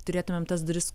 turėtumėm tas duris